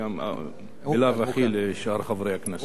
וגם בלאו הכי לשאר חברי הכנסת.